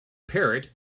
parrot